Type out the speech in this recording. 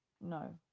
No